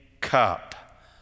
cup